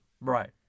right